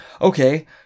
Okay